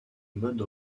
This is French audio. modes